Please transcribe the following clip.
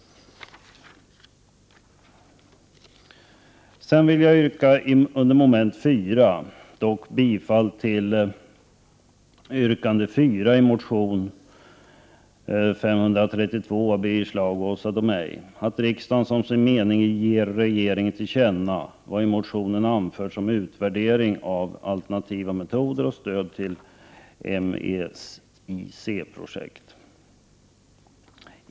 Under mom. 4 vill jag yrka bifall till yrkande 4 i motion Jo532 av Birger Schlaug och Åsa Domeij, dvs. att riksdagen som sin mening ger regeringen till känna vad i motionen anförts om utvärdering av alternativa metoder och stöd till MEIC-projekt.